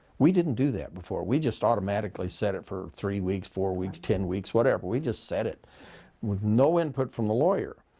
we didn't do that before. we just automatically set it for three weeks, four weeks, ten weeks whatever. we just set it with no input from the lawyer.